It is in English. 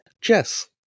Jess